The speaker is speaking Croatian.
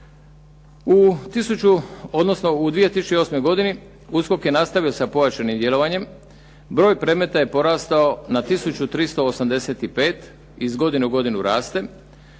u 2008. godini USKOK je nastavio sa pojačanim djelovanjem, broj predmeta je porastao na tisuću 385, iz godine u godinu raste.